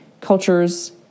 cultures